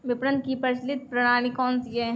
विपणन की प्रचलित प्रणाली कौनसी है?